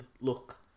look